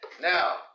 Now